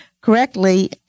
correctly